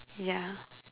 ya